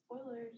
spoilers